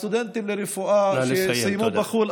הסטודנטים לרפואה שסיימו בחו"ל,